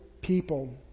people